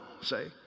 say